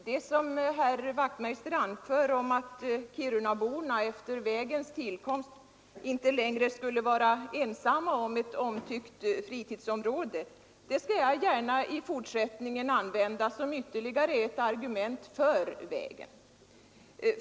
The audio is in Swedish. Herr talman! Det som herr Wachtmeister i Johannishus anför om att kirunaborna, efter vägens tillkomst, inte längre skulle vara ensamma om ett omtyckt fritidsområde skall jag gärna i fortsättningen använda som ytterligare ett argument för vägen.